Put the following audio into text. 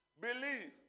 Believe